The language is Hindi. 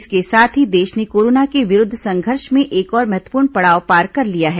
इसके साथ ही देश ने कोरोना के विरूद्व संघर्ष में एक और महत्वपूर्ण पड़ाव पार कर लिया है